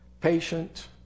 patient